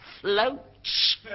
floats